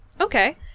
Okay